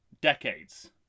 decades